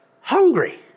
hungry